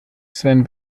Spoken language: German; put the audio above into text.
sven